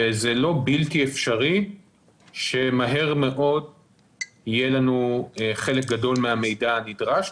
וזה לא בלתי אפשרי שמהר מאוד יהיה לנו חלק גדול מהמידע הנדרש,